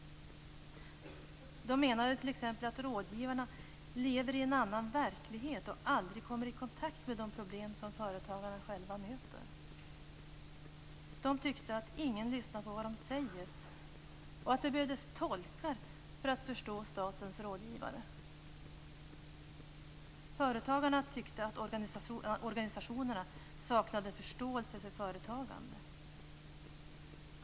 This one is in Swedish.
De menade t.ex. att rådgivarna lever i en annan verklighet och aldrig kommer i kontakt med de problem som företagarna själva möter. De tyckte att ingen lyssnar på vad de säger och att de behövdes tolkar för att förstå statens rådgivare. Företagarna tyckte att organisationerna saknade förståelse för företagande.